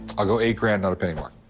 i'll go eight grand, not a penny more.